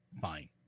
Fine